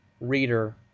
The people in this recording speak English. reader